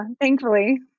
thankfully